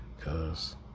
cause